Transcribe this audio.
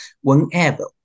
Whenever